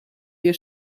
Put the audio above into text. wir